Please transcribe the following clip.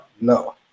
No